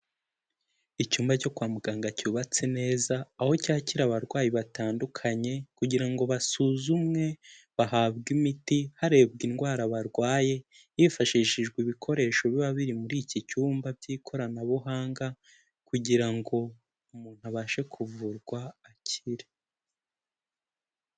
Icyumba cyo kwa muganga cyubatse neza, aho cyakira abarwayi batandukanye kugira ngo basuzumwe, bahabwe imiti harebwa indwara barwaye, hifashishijwe ibikoresho biba biri muri iki cyumba by'ikoranabuhanga, kugira ngo umuntu abashe kuvurwa akire.